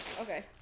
Okay